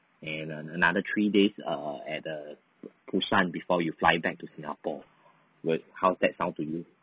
and err another three days err at uh busan before you fly back to singapore wer~ how's that sound to you